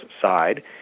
side